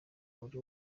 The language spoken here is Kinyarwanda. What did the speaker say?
buri